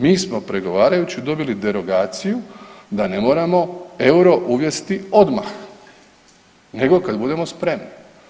Mi smo pregovarajući dobili derogaciju da ne moramo euro uvesti odmah, nego kad budemo spremni.